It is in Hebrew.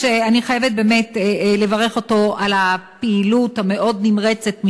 ואני חייבת באמת לברך אותו על הפעילות המאוד נמרצת,